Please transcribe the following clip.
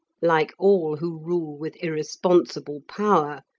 like all who rule with irresponsible power,